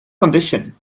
condition